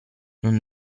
non